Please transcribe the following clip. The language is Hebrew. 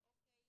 אוקי,